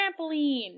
Trampoline